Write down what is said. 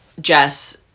Jess